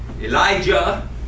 Elijah